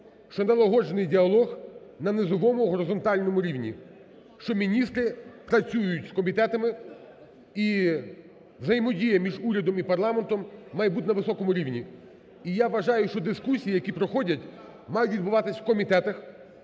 що налагоджений діалог на низовому горизонтальному рівні, що міністри працюють з комітетами. І взаємодія між урядом і парламентом має бути на високому рівні. І я вважаю, що дискусії, які проходять, мають відбуватись в комітетах,